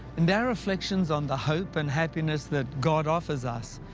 and our reflections on the hope and happiness that god offers us,